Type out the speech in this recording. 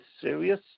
serious